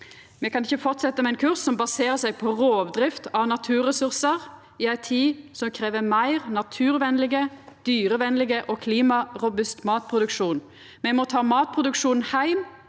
Me kan ikkje fortsetja med ein kurs som baserer seg på rovdrift av naturressursar, i ei tid som krev ein meir naturvenleg, dyrevenleg og klimarobust matproduksjon. Me må ta matproduksjonen heim,